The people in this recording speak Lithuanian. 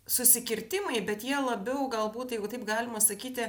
susikirtimai bet jie labiau galbūt jeigu taip galima sakyti